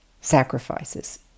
sacrifices